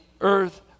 earth